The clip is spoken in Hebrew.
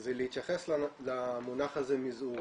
זה להתייחס למונח הזה, "מיזעור".